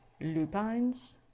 lupines